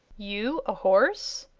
you, a horse!